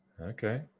Okay